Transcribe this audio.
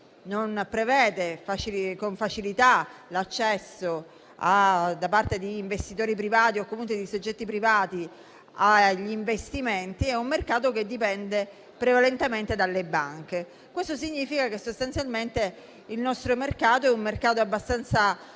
non prevede con facilità l'accesso da parte di investitori privati o comunque di soggetti privati agli investimenti, dipende prevalentemente dalle banche. Ciò significa che sostanzialmente il nostro mercato è abbastanza